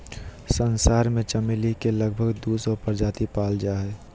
संसार में चमेली के लगभग दू सौ प्रजाति पाल जा हइ